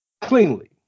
cleanly